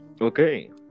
Okay